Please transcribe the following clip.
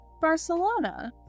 Barcelona